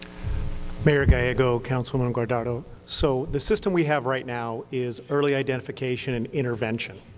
mayor gallego, councilwoman guardado, so the system we have right now is early identification and intervention,